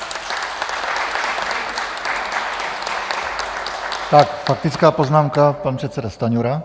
Faktická poznámka, pan předseda Stanjura.